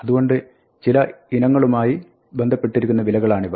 അതുകൊണ്ട് ചില ഇനങ്ങളുമായി ബന്ധപ്പെട്ടിരിക്കുന്ന വിലകളാണിവ